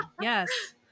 yes